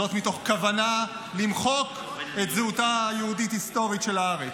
וזאת מתוך כוונה למחוק את זהותה היהודית ההיסטורית של הארץ.